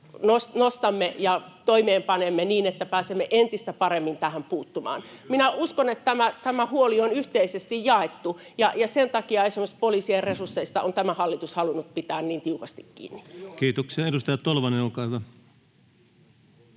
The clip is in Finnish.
nostamme ja toimeenpanemme niin, että pääsemme entistä paremmin tähän puuttumaan. Minä uskon, että tämä huoli on yhteisesti jaettu, ja sen takia esimerkiksi poliisien resursseista on tämä hallitus halunnut pitää niin tiukasti kiinni. Kiitoksia. — Edustaja Tolvanen, olkaa hyvä.